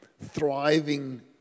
thriving